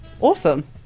awesome